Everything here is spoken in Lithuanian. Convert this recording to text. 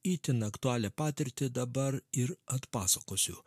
itin aktualią patirtį dabar ir atpasakosiu